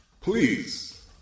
please